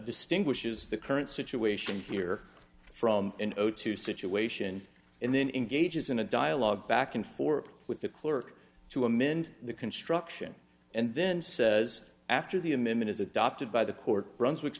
distinguishes the current situation here from situation and then engages in a dialogue back and forth with the clerk to amend the construction and then says after the amendment is adopted by the court brunswic